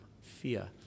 fear